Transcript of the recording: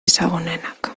ezagunenak